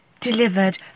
delivered